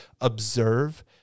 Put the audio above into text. observe